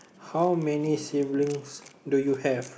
how many siblings do you have